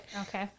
Okay